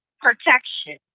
protection